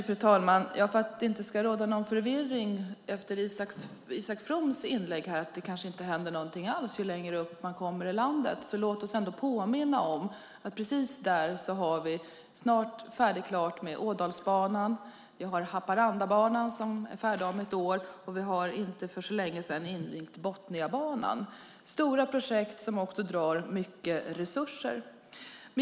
Fru talman! Isak From får det att låta som om det inte händer något alls längre upp i landet. För att det inte ska råda någon förvirring vill jag påminna om att vi där har Ådalsbanan, som snart är färdig, och Haparandabanan, som är färdig om ett år, och vi har för inte så länge sedan invigt Botniabanan. Det är stora projekt som drar mycket resurser.